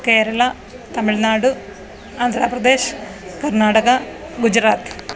Kerala Tamil Nadu Andhra Pradesh Karnataka Gujarat